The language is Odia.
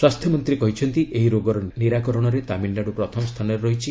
ସ୍ୱାସ୍ଥ୍ୟମନ୍ତ୍ରୀ କହିଛନ୍ତି ଏହି ରୋଗର ନିରାକରଣରେ ତାମିଲନାଡୁ ପ୍ରଥମ ସ୍ଥାନରେ ରହିଛି